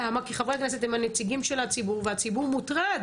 למה כי חברי הכנסת הם הנציגים של הציבור והציבור מוטרד.